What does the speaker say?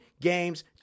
games